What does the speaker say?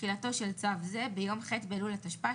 תחילתו של צו זה ביום ח' באלול התשפ"א,